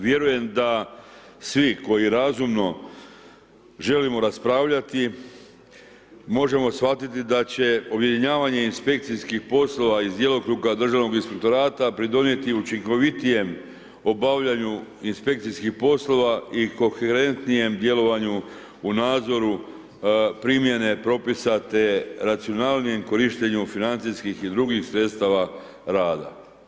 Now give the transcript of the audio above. Vjerujem da svi koji razumno želimo raspravljati možemo shvatiti da će objedinjavanje inspekcijskih poslova iz djelokruga Državnog inspektorata pridonijeti učinkovitijem obavljanju inspekcijskih poslova i koherentnijem djelovanju u nadzoru primjene propisa te racionalnijem korištenju financijskih i drugih sredstava rada.